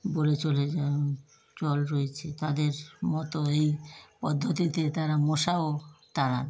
বলে চলে যায় জল রয়েছে তাদের মতো এই পদ্ধতিতে তারা মশাও তাড়ান